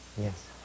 Yes